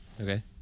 Okay